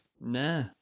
Nah